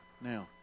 now